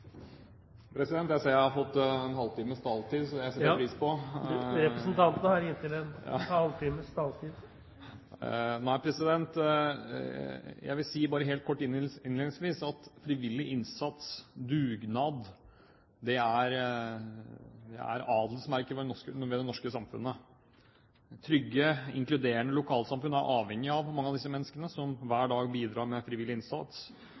President, jeg ser jeg har fått en halv times taletid. Det setter jeg pris på. Ja, representanten har inntil en halv times taletid. Jeg vil si bare helt kort innledningsvis at frivillig innsats, dugnad, er adelsmerket til det norske samfunnet. Trygge, inkluderende lokalsamfunn er avhengig av mange av disse menneskene som hver dag bidrar med frivillig innsats,